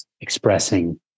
expressing